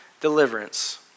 deliverance